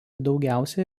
daugiausia